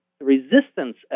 resistance